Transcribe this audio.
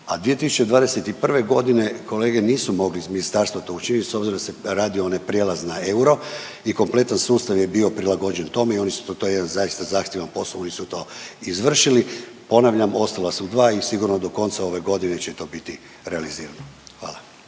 a 2021. godine kolege nisu mogli iz ministarstva to učiniti s obzirom da se radio onaj prijelaz na euro i kompletan sustav je bio prilagođen tome i to je jedan zaista zahtjevan posao, oni su to izvršili. Ponavljam ostala su dva i sigurno do konca ove godine će to biti realizirano. Hvala.